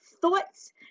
thoughts